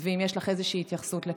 ואם יש לך איזושהי התייחסות לכך.